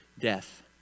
death